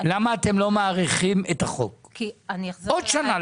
למה אתם לא מאריכים את החוק עוד שנה,